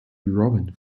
robin